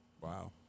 wow